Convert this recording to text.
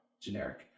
Generic